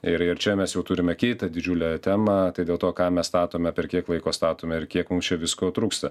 ir ir čia mes jau turime kitą didžiulę temą tai dėl to ką mes statome per kiek laiko statome ir kiek mums čia visko trūksta